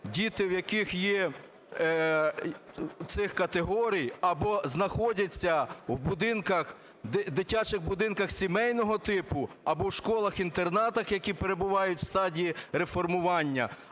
діти цих категорій або знаходяться в дитячих будинках сімейного типу, або в школах-інтернатах, які перебувають у стадії реформування,